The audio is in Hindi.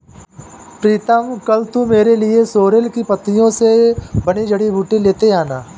प्रीतम कल तू मेरे लिए सोरेल की पत्तियों से बनी जड़ी बूटी लेते आना